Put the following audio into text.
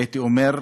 והייתי אומר,